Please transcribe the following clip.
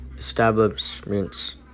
Establishments